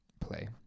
play